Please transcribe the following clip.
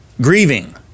grieving